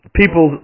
people